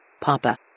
Papa